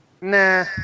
Nah